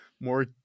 more